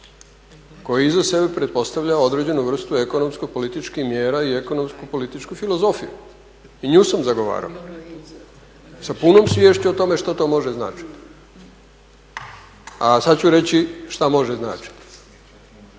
koji za sebe pretpostavlja određenu vrstu ekonomsko političkih mjera i ekonomsko političku filozofiju. I nju sam zagovarao sa punom sviješću o tome što to može značiti. A sad ću reći što može značiti.